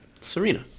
Serena